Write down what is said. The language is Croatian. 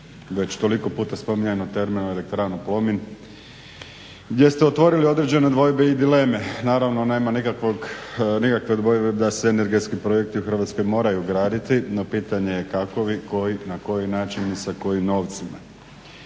već toliko puta spominjanu Termoelektranu Plomin gdje ste otvorili određen dvojbe i dileme. Naravno nema nikakve dvojbe da se energetski projekti u Hrvatskoj moraju graditi no pitanje je kakovi, koji, na koji način i sa kojim novcima.